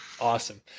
Awesome